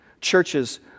churches